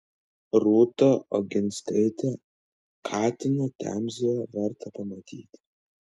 rūta oginskaitė katiną temzėje verta pamatyti